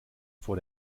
vor